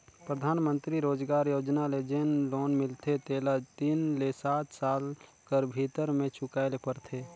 परधानमंतरी रोजगार योजना ले जेन लोन मिलथे तेला तीन ले सात साल कर भीतर में चुकाए ले परथे